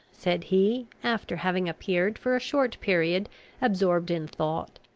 said he, after having appeared for a short period absorbed in thought,